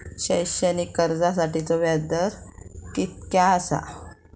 शैक्षणिक कर्जासाठीचो व्याज दर कितक्या आसा?